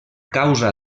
causa